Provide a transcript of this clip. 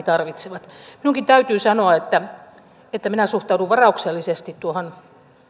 tarvitsevat minunkin täytyy sanoa että että minä suhtaudun varauksellisesti tuohon